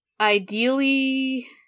Ideally